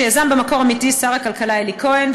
שיזם במקור עמיתי שר הכלכלה אלי כהן,